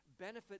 benefit